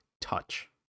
touch